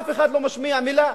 אף אחד לא משמיע מלה.